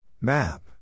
Map